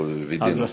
אנחנו וידאנו.